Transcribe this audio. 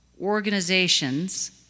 organizations